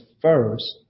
first